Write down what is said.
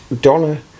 Donna